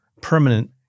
permanent